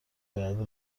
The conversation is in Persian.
باید